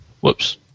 Whoops